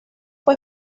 fue